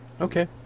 okay